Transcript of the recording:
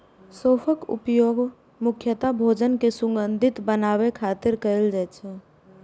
सौंफक उपयोग मुख्यतः भोजन कें सुगंधित बनाबै खातिर कैल जाइ छै